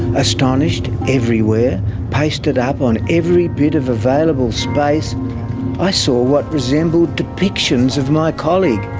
astonished, everywhere pasted up on every bit of available space i saw what resembled depictions of my colleague,